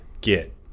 get